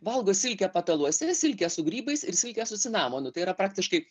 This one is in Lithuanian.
valgo silkę pataluose silkę su grybais ir silkę su cinamonu tai yra praktiškai